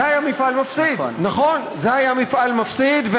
זה היה מפעל מפסיד, נכון, זה היה מפעל מפסיד.